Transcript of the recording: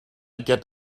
get